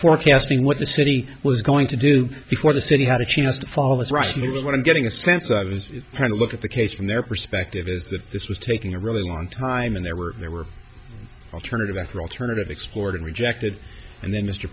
forecasting what the city was going to do before the city had a chance to fall is right you know what i'm getting a sense i was trying to look at the case from their perspective is that this was taking a really long time and there were there were alternative after alternative explored and rejected and then mr